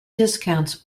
discounts